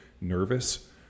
nervous